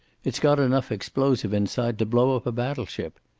it's got enough explosive inside to blow up a battleship.